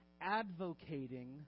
advocating